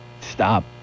Stop